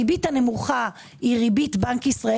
הריבית הנמוכה היא ריבית בנק ישראל